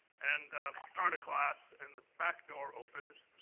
and start a class, and the backdoor opens,